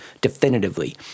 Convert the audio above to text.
definitively